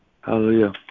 hallelujah